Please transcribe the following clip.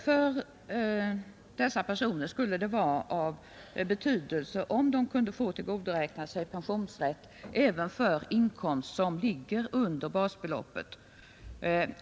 För dessa personer skulle det vara av betydelse om de kunde få tillgodoräkna sig pensionsrätt även för inkomst som ligger under basbeloppet.